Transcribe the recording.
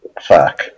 fuck